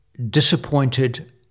disappointed